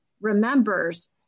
remembers